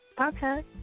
Okay